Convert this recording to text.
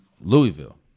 Louisville